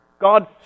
God